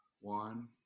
one